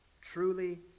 Truly